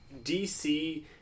DC